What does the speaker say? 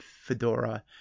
Fedora